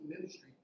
ministry